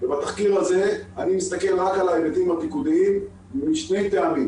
ובתחקיר הזה אני מסתכל רק על ההיבטים הפיקודיים משני טעמים.